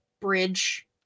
bridge